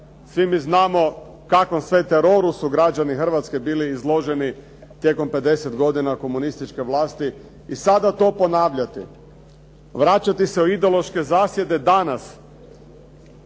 Svi mi znamo kakvom sve teroru su građani Hrvatske bili izloženi tijekom 50 godina komunističke vlasti i sada to ponavljati, vraćati se u ideološke zasjede danas